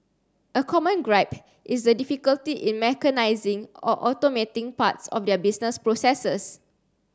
a common gripe is the difficulty in mechanising or automating parts of their business processes